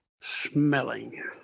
smelling